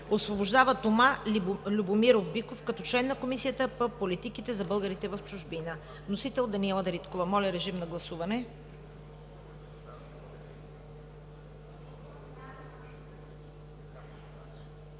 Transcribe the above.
Освобождава Тома Любомиров Биков като член на Комисията по политиките за българите в чужбина.“ Вносител е Даниела Дариткова. Моля, режим на гласуване.